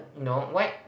no white